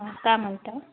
हां काय म्हणता